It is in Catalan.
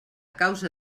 causa